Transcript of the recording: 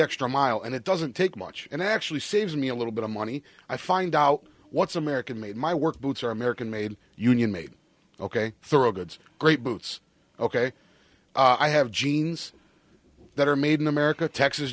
extra mile and it doesn't take much and actually saves me a little bit of money i find out what's american made my work boots are american made union made ok thurgood's great boots ok i have genes that are made in america texas